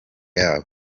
yabo